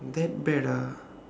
that bad ah